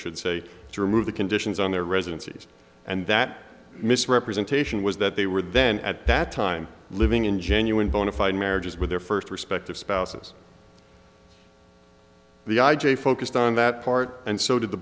should say to remove the conditions on their residency and that misrepresentation was that they were then at that time living in genuine bona fide marriages with their first respective spouses the i j a focused on that part and so did the